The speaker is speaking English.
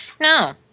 no